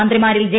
മന്ത്രിമാരിൽ J